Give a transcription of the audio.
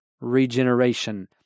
regeneration